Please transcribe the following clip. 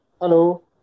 Hello